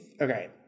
okay